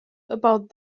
about